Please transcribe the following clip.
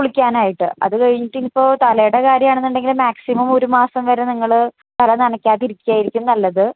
കുളിക്കാനായിട്ട് അതു കഴിഞ്ഞിട്ടിനി ഇപ്പോള് തലയുടെ കാര്യാമാണെന്നുണ്ടെങ്കിലും മാക്സിമം ഒരു മാസം വരെ നിങ്ങള് തല നനയ്ക്കാതിരിക്കായിരിക്കും നല്ലത്